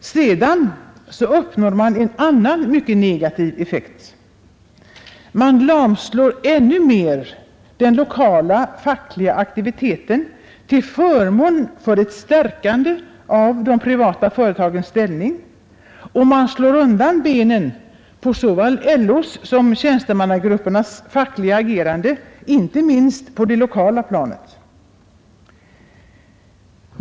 Sedan uppnår man en annan mycket negativ effekt: Man lamslår ännu mer den lokala fackliga aktiviteten till förmån för ett stärkande av de privata företagens ställning, och man slår undan benen för såväl LO som tjänstemannagruppernas fackliga agerande, inte minst på det lokala planet.